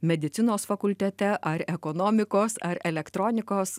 medicinos fakultete ar ekonomikos ar elektronikos